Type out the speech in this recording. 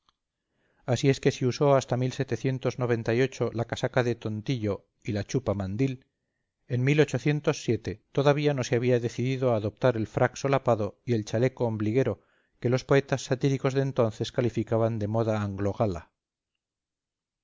así es que si usó hasta la casaca de tontillo y la chupa mandil en todavía no se había decidido a adoptar el frac solapado y el chaleco ombliguero que los poetas satíricos de entonces calificaban de moda